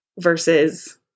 versus